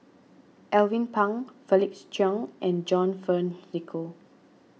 Alvin Pang Felix Cheong and John Fearns Nicoll